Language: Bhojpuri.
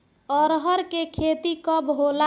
अरहर के खेती कब होला?